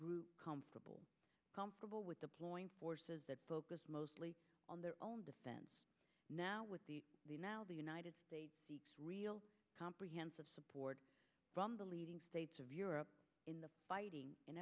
s comparable comparable with deploying forces that focus mostly on their own defense now with the the now the united states real comprehensive support from the leading states of europe in the fighting in